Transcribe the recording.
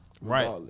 Right